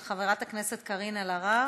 של חברת הכנסת קארין אלהרר: